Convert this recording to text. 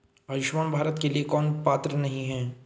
आयुष्मान भारत के लिए कौन पात्र नहीं है?